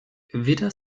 weder